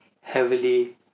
heavily